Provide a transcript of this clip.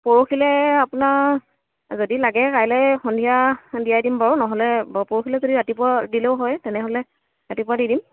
পৰহিলৈ আপোনাৰ যদি লাগে কাইলৈ সন্ধিয়া দিয়াই দিম নহ'লে বাৰু যদি পৰহিলৈ ৰাতিপুৱা দিলেও হয় তেনেহ'লে ৰাতিপুৱা দি দিম